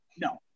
No